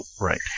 Right